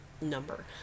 number